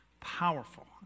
powerful